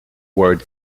word